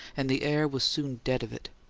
and the air was soon dead of it.